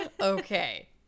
Okay